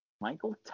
Michael